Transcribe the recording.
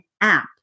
app